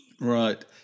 Right